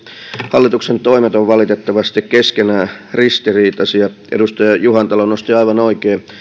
hallituksen toimet ovat valitettavasti keskenään ristiriitaisia edustaja juhantalo nosti aivan oikein